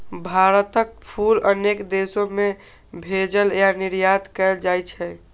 भारतक फूल अनेक देश मे भेजल या निर्यात कैल जाइ छै